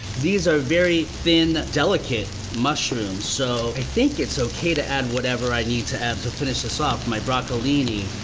these are very thin, delicate mushrooms. so i think it's okay to add whatever i need to add to finish this off. my broccolini.